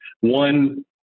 one